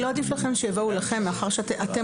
לא עדיף לכם שיבואו אליכם מאחר שאתם